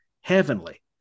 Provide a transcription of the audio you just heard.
heavenly